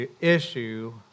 issue